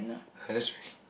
I just realised